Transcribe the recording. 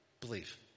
Believe